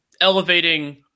elevating